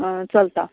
चलता